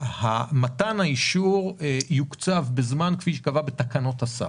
היא שמתן האישור יוקצב בזמן כפי שייקבע בתקנות השר.